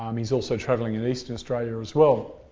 um he's also travelling in eastern australia as well.